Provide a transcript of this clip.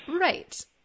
Right